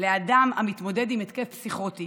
לאדם המתמודד עם התקף פסיכוטי